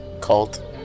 cult